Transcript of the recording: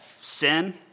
sin